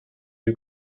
yew